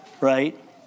right